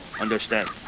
Understand